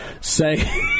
say